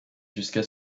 jusqu’à